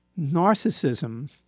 narcissism